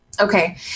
Okay